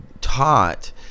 taught